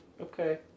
Okay